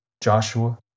Joshua